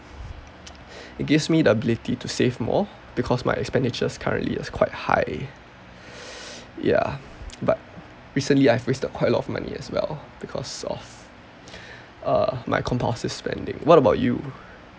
it gives me the ability to save more because my expenditure is currently is quite high ya but recently I've risked a quite a lot of money as well because of uh my compulsive spending what about you